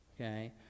okay